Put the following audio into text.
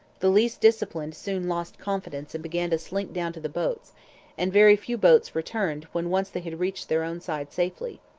the least disciplined soon lost confidence and began to slink down to the boats and very few boats returned when once they had reached their own side safely.